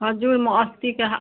हजुर म अस्ति कहाँ